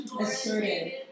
Assertive